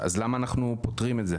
למה אנחנו פוטרים את זה?